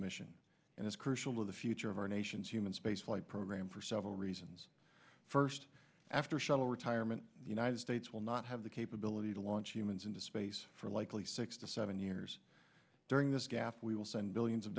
mission and is crucial to the future of our nation's human spaceflight program for several reasons first after shuttle retirement the united states will not have the capability to launch humans into space for likely six to seven years during this gaffe we will send billions of